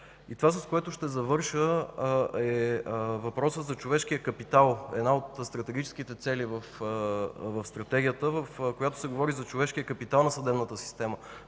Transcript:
Това, с което ще завърша, е въпросът за човешкия капитал – една от стратегическите цели в Стратегията, в която се говори за човешкия капитал в съдебната система.